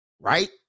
right